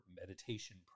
meditation